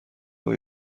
های